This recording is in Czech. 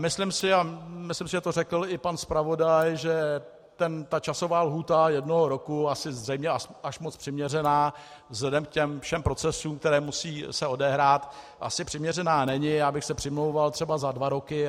Myslím si, a myslím, že to řekl i pan zpravodaj, že ta časová lhůta jednoho roku, asi zřejmě až moc přiměřená vzhledem k těm všem procesům, které musí se odehrát, asi přiměřená není, já bych se přimlouval třeba za dva roky.